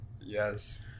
Yes